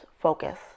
focus